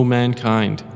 mankind